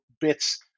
bits